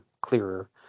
clearer